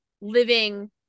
living